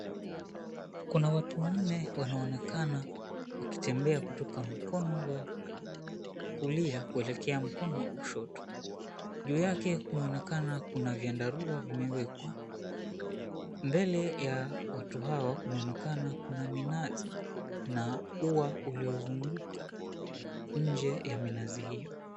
Kuna watu wanne wanaonekana wakitembea kutoka mkono wa kulia kuelekea mkono wa kushoto. Juu yake kunaonekana kuna vyandarua vimewekwa. Mbele ya watu hao kunaonekana kuna minazi na ua uliozunguka nje ya minazi hiyo.